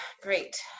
Great